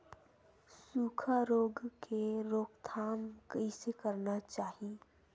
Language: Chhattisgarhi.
सुखा रोग के रोकथाम कइसे करना चाही?